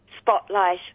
Spotlight